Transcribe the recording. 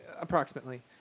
approximately